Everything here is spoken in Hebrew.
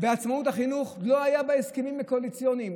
ועצמאות החינוך לא היה בהסכמים הקואליציוניים.